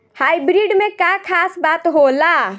Hybrid में का खास बात होला?